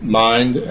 mind